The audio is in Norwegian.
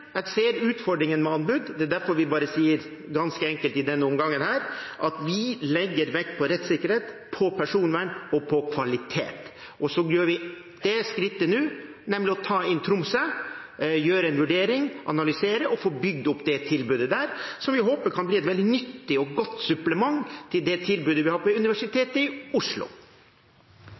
Jeg ser utfordringen med anbud. Det er derfor vi i denne omgangen bare ganske enkelt sier at vi legger vekt på rettssikkerhet, på personvern og på kvalitet. Og så tar vi nå det skrittet å ta inn Tromsø, gjøre en vurdering, analysere og få bygd opp det tilbudet der – som vi håper kan bli et veldig nyttig og godt supplement til det tilbudet vi har på Universitetet i Oslo.